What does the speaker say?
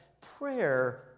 prayer